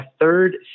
third